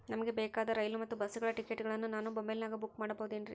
ನಮಗೆ ಬೇಕಾದ ರೈಲು ಮತ್ತ ಬಸ್ಸುಗಳ ಟಿಕೆಟುಗಳನ್ನ ನಾನು ಮೊಬೈಲಿನಾಗ ಬುಕ್ ಮಾಡಬಹುದೇನ್ರಿ?